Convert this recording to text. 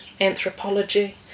Anthropology